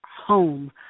home